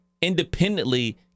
independently